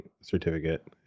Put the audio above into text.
certificate